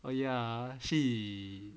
well ya she